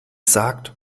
sagt